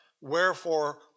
wherefore